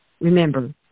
Remember